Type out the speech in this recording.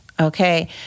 Okay